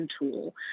tool